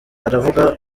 uravuga